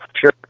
Sure